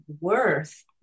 worth